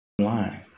line